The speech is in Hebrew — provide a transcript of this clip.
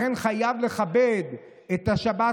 לכן חייבים לכבד את השבת.